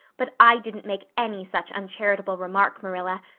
but i didn't make any such uncharitable remark, marilla,